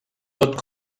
tot